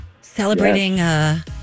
Celebrating